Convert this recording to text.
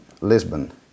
Lisbon